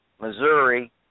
Missouri